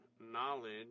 knowledge